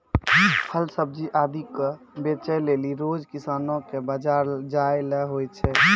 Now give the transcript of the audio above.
फल सब्जी आदि क बेचै लेलि रोज किसानो कॅ बाजार जाय ल होय छै